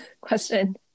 question